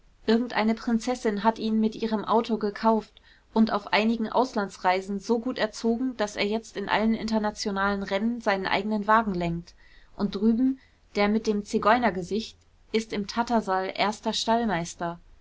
irgendeine prinzessin hat ihn mit ihrem auto gekauft und auf einigen auslandsreisen so gut erzogen daß er jetzt in allen internationalen rennen seinen eigenen wagen lenkt und drüben der mit dem zigeunergesicht ist im tattersall erster stallmeister